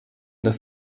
dass